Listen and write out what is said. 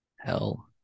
Hell